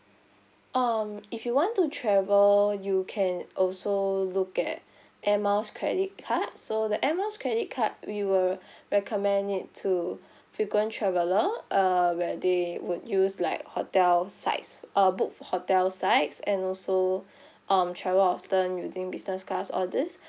um if you want to travel you can also look at Air Miles credit card so the Air Miles credit card we will recommend it to frequent traveler uh where they would use like hotel sites uh book for hotel sites and also um travel often using business class all this